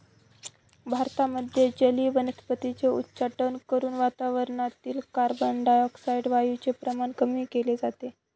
भारतामध्ये जलीय वनस्पतींचे उच्चाटन करून वातावरणातील कार्बनडाय ऑक्साईड वायूचे प्रमाण कमी केले जाते